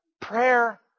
prayer